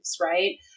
right